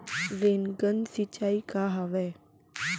Rain gun सिंचाई का हवय?